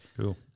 Cool